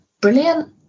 Brilliant